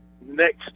next